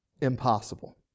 Impossible